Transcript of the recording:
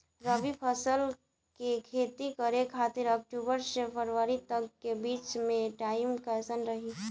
रबी फसल के खेती करे खातिर अक्तूबर से फरवरी तक के बीच मे टाइम कैसन रही?